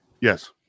Yes